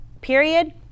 period